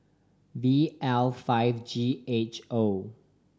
V L five G H O